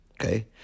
Okay